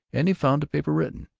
and he found the paper written.